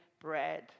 bread